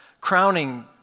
crowning